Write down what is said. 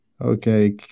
Okay